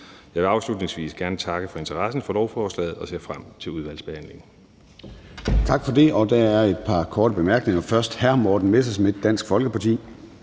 Jeg vil afslutningsvis gerne takke for interessen for lovforslaget og ser frem til udvalgsbehandlingen.